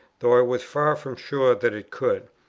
though i was far from sure that it could.